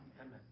Amen